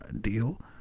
Deal